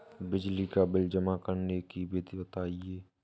बिजली का बिल जमा करने की विधि बताइए?